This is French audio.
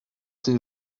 ces